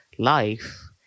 life